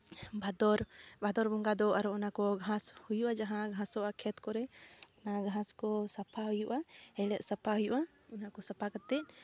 ᱵᱷᱟᱫᱚᱨ ᱵᱷᱟᱫᱚᱨ ᱵᱚᱸᱜᱟ ᱫᱚ ᱟᱨᱦᱚᱸ ᱚᱱᱟᱠᱚ ᱜᱷᱟᱥ ᱦᱩᱭᱩᱜᱼᱟ ᱡᱟᱦᱟᱸ ᱜᱷᱟᱥᱚᱜᱼᱟ ᱠᱷᱮᱛ ᱠᱚᱨᱮ ᱱᱚᱣᱟ ᱜᱷᱟᱥ ᱠᱚ ᱥᱟᱯᱷᱟ ᱦᱩᱭᱩᱜᱼᱟ ᱦᱮᱲᱦᱮᱫ ᱥᱟᱯᱷᱟ ᱦᱩᱭᱩᱜᱼᱟ ᱚᱱᱟᱠᱚ ᱥᱟᱯᱷᱟ ᱠᱟᱛᱮᱫ